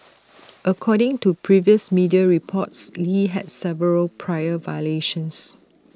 according to previous media reports lee had several prior violations